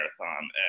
marathon